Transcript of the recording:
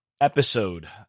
episode